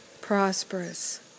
prosperous